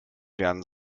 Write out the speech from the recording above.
werden